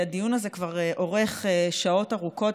הדיון הזה כבר אורך שעות ארוכות,